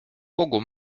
kogu